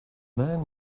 men